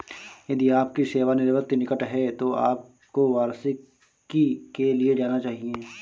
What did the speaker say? यदि आपकी सेवानिवृत्ति निकट है तो आपको वार्षिकी के लिए जाना चाहिए